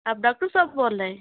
آپ ڈاکٹر صاحب بول رہے ہیں